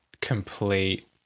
complete